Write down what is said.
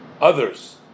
others